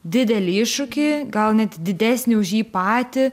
didelį iššūkį gal net didesnį už jį patį